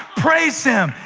praise him.